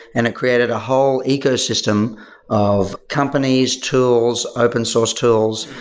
and it created a whole ecosystem of companies, tools, open source tools,